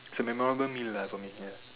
it's a memorable meal lah for me ya